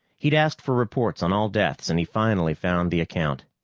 he'd asked for reports on all deaths, and he finally found the account.